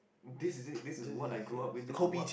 this is it this is what I grew up with this is what